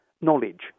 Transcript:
knowledge